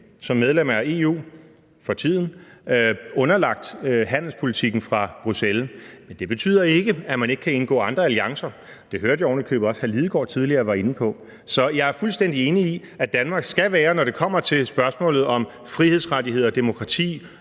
som medlem af EU – for tiden – underlagt handelspolitikken fra Bruxelles, men det betyder ikke, at man ikke kan indgå andre alliancer. Det hørte jeg ovenikøbet også hr. Martin Lidegaard være inde på tidligere. Så jeg er fuldstændig enig i, at Danmark, når det kommer til spørgsmål om frihedsrettigheder, demokrati,